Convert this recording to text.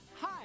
Hi